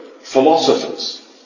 philosophers